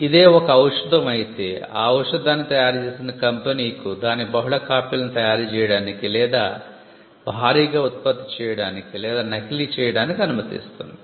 ఇది ఒక ఔషధం అయితే ఆ ఔషదాన్ని తయారు చేసిన కంపెనీ కు దాని బహుళ కాపీలను తయారు చేయడానికి లేదా భారీగా ఉత్పత్తి చేయడానికి లేదా నకిలీ చేయడానికి అనుమతిస్తుంది